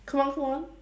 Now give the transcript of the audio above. come on come on